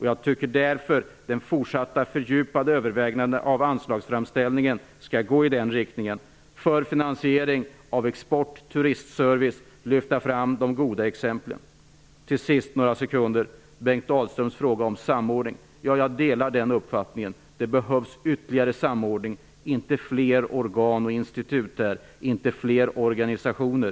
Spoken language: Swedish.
Jag tycker därför att den fortsatta fördjupade övervägningen av anslagsframställningen skall rikta in sig på finansiering av export och turistservice och på att lyfta fram de goda exemplen. Till sist vill jag svara på Bengt Dalströms fråga om samordning. Jag delar hans uppfattning. Det behövs ytterligare samordning och inte fler organ, institut och organisationer.